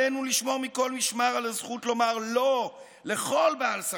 עלינו לשמור מכל משמר על הזכות לומר לא לכל בעל סמכות.